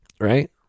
right